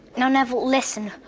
now, neville, listen.